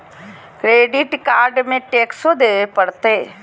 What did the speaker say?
Credit card में टेक्सो देवे परते?